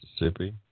Mississippi